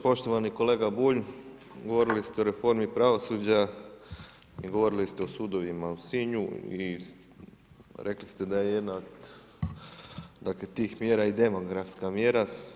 Poštovani kolega Bulj, govorili ste o reformi pravosuđa i govorili ste o sudovima u Sinju i rekli ste da je jedna od tih mjera i demografska mjera.